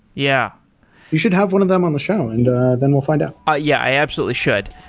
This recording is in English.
yeah you should have one of them on the show and then we'll find out ah yeah, i absolutely should